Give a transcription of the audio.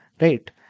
right